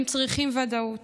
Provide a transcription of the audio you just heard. הם צריכים ודאות,